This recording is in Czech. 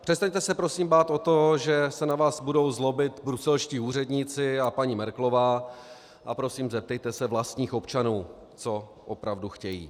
Přestaňte se prosím bát o to, že se na vás budou zlobit bruselští úředníci a paní Merkelová, a prosím, zeptejte se vlastních občanů, co opravdu chtějí.